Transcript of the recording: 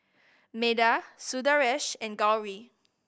Medha Sundaresh and Gauri